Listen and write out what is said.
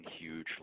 huge